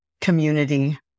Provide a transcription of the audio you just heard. community